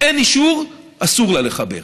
אין אישור, אסור לה לחבר.